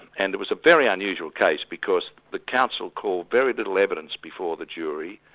and it was a very unusual case, because the council called very little evidence before the jury,